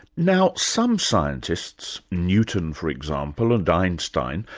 now some scientists, newton for example, and einstein,